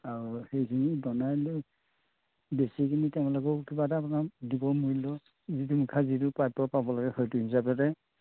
আৰু সেইখিনি বনাই লৈ বেচি কিনি তেওঁলোকেও কিবা এটা আপোনাক দিব মূল্য যিটো মুখাৰ যিটো প্ৰাপ্য পাব লাগে সেইটো হিচাপতে